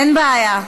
אין בעיה,